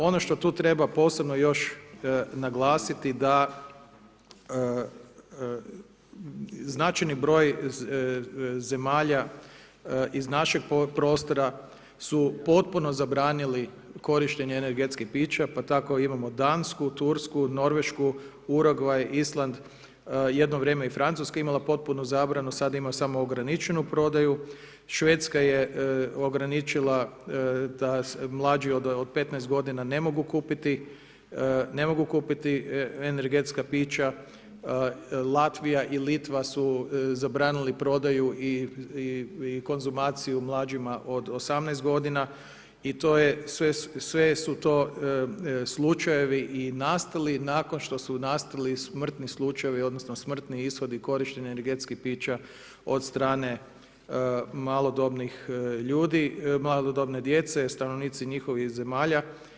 Ono što tu treba posebno još naglasiti da značajni broj zemalja iz našeg prostora su potpuno zabranili korištenje energetskih pića, pa tako imamo Dansku, Tursku, Norvešku, Urugvaj, Island, jedno vrijeme je i Francuska imala potpunu zabranu sada imaju samo ograničenu prodaju, Švedska je ograničila da mlađi od 15 godina ne mogu kupiti energetska pića, Latvija i Litva su zabranili prodaju i konzumaciju mlađima od 18 godina i sve su to slučajevi i nastali nakon što su nastali smrtni slučajevi odnosno smrtni ishodi korištenja energetskih pića od strane malodobne djece stanovnici njihovih zemalja.